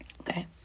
Okay